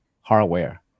hardware